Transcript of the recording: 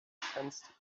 sensed